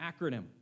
acronym